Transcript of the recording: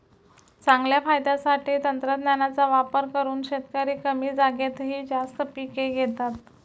चांगल्या फायद्यासाठी तंत्रज्ञानाचा वापर करून शेतकरी कमी जागेतही जास्त पिके घेतात